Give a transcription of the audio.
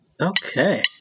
okay